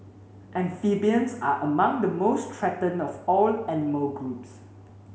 amphibians are among the most threatened of all animal groups